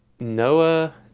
Noah